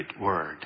word